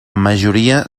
majoria